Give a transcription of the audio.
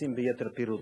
לנושאים ביתר פירוט.